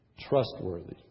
trustworthy